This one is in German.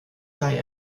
sei